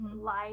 life